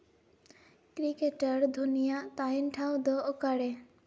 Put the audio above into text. cricketer ᱫᱷᱳᱱᱤᱭᱟᱜ ᱛᱟᱦᱮᱱ ᱴᱷᱟᱶ ᱫᱚ ᱚᱠᱟᱨᱮ